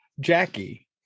jackie